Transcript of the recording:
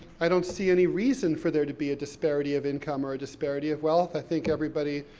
i don't see any reason for there to be a disparity of income, or a disparity of wealth, i think everybody,